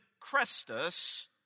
Crestus